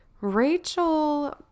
Rachel